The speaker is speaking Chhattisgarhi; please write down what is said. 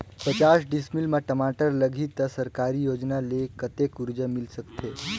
पचास डिसमिल मा टमाटर लगही त सरकारी योजना ले कतेक कर्जा मिल सकथे?